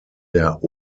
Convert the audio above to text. der